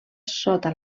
sota